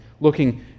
looking